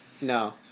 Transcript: No